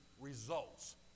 results